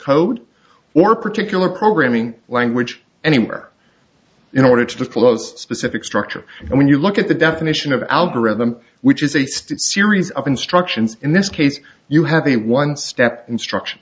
code or particular programming language anywhere in order to fill those specific structure and when you look at the definition of algorithm which is a state series of instructions in this case you have a one step instruction